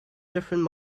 different